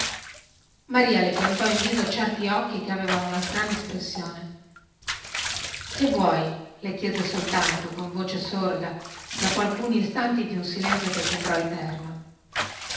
maria le piantò in viso certi occhi che avevano una strana espressione che vuoi le chiese soltanto con voce sorda dopo alcuni istanti di un silenzio che sembrò eterno